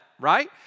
right